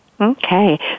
Okay